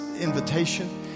invitation